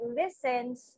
listens